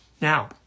now